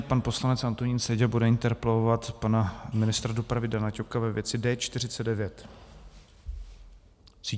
Pan poslanec Antonín Seďa bude interpelovat pana ministra dopravy Dana Ťoka ve věci D49.